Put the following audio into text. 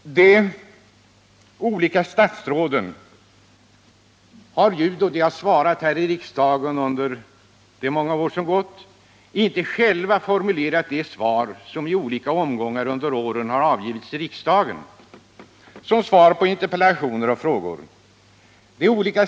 De olika statsråden har ju inte själva formulerat de svar som vid olika tillfällen under åren har avgivits på interpellationer och frågor.